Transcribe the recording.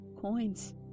coins